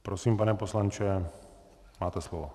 Prosím, pane poslanče, máte slovo.